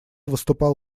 выступал